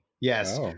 Yes